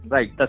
Right